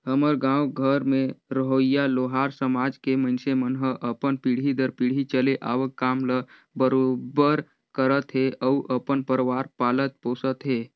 हमर गाँव घर में रहोइया लोहार समाज के मइनसे मन ह अपन पीढ़ी दर पीढ़ी चले आवक काम ल बरोबर करत हे अउ अपन परवार पालत पोसत हे